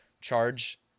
charge